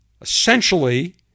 essentially